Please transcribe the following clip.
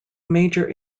major